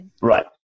Right